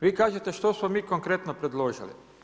Vi kažete što smo mi konkretno predložili.